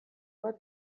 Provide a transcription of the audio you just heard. bat